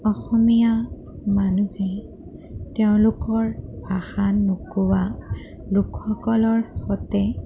অসমীয়া মানুহে তেওঁলোকৰ ভাষা নোকোৱা লোকসকলৰ সৈতে